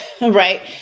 right